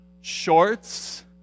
shorts